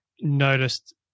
noticed